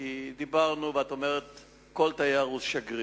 דיברנו, ואת אומרת שכל תייר הוא שגריר,